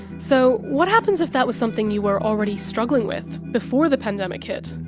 so what happens if that was something you were already struggling with before the pandemic hit?